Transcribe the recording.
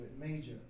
major